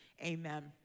Amen